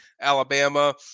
Alabama